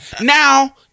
Now